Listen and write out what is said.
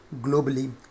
Globally